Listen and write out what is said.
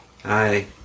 Hi